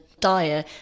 dire